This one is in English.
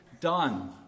done